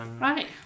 Right